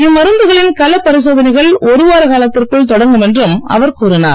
இம்மருந்துகளின் களப் பரிசோதனைகள் ஒரு வார காலத்திற்குள் தொடங்கும் என்றும் அவர் கூறினார்